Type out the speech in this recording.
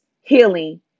healing